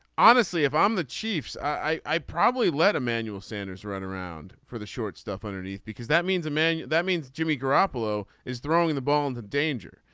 honestly if i'm the chiefs i probably let emmanuel sanders run around for the short stuff underneath because that means a man that means jimmy garoppolo is throwing the ball in the danger.